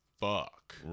fuck